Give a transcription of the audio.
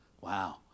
wow